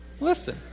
listen